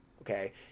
Okay